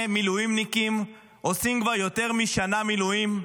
מילואימניקים עושים כבר יותר משנה מילואים?